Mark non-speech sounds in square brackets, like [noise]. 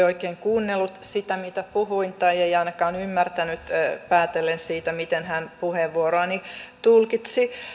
[unintelligible] oikein kuunnellut sitä mitä puhuin tai ei ei ainakaan ymmärtänyt päätellen siitä miten hän puheenvuoroani tulkitsi